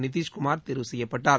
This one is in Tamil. நிதிஷ் குமார் தேர்வு செய்யப்பட்டார்